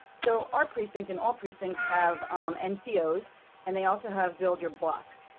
so our precinct and all precincts have end ceos and they also have build your blocks.